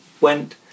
went